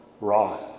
wrath